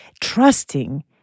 trusting